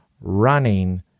running